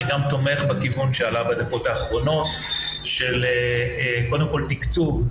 אני גם תומך בכיוון שעלה בדקות האחרונות של קודם כל תקצוב,